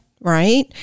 right